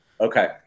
Okay